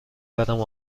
برم